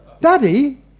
Daddy